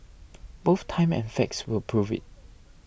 both time and facts will prove it